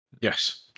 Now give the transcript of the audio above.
Yes